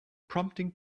prompting